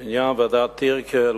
בעניין ועדת-טירקל,